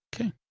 okay